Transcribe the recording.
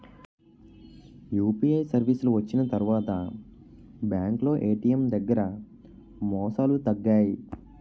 UPI సర్వీసులు వచ్చిన తర్వాత బ్యాంకులో ఏటీఎం దగ్గర మోసాలు తగ్గాయి